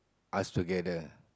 us together